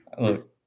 look